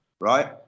Right